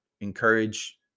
encourage